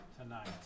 Tonight